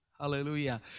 Hallelujah